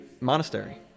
monastery